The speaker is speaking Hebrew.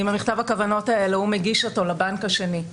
עם מכתב הכוונות הוא מגיש לבנק השני.